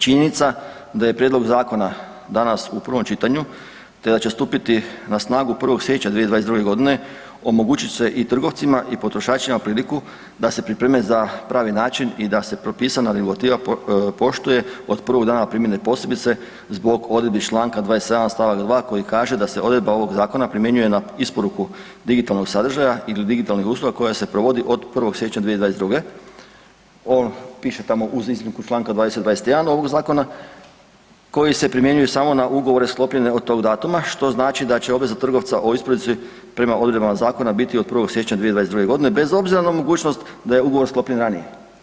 Činjenica da je prijedlog zakona danas u prvom čitanju te da će stupiti na snagu 1. siječnja 2022. godine omogućit će i trgovcima i potrošačima priliku da se pripreme za pravi način i da se propisana regulativa poštuje od prvog dana primjene posljedice zbog odredbi Članka 27. stavak 2. koji kaže da se odredba ovog zakona primjenjuje na isporuku digitalnog sadržaja ili digitalnih usluga koja se provodi od 1. siječnja 2022., on piše tamo uz iznimku Članka 20., 21. ovog zakona koji se primjenjuje samo na ugovore sklopljene od tog datuma što znači da će obveza trgovca o isporuci prema odredbama zakona biti od 1. siječnja 2022. godine bez obzira na mogućnost da je ugovor sklopljen ranije.